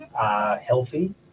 healthy